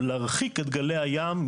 בעניין שהולך ומוחרף על ידי משבר האקלים.